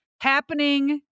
happening